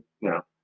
No